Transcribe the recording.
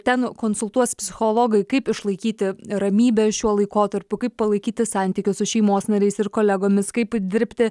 ten konsultuos psichologai kaip išlaikyti ramybę šiuo laikotarpiu kaip palaikyti santykius su šeimos nariais ir kolegomis kaip dirbti